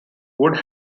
would